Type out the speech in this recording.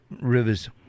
rivers